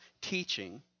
teaching